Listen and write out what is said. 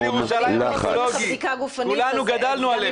מפקד מחוז ירושלים מיתולוגי, כולנו גדלנו עליך.